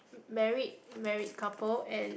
married married couple and